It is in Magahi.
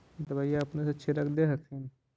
दबइया अपने से छीरक दे हखिन?